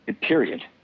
period